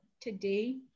today